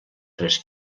tres